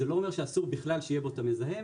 זה לא אומר שאסור בכלל שיהיה בו המזהם,